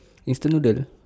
instant noodle